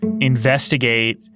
investigate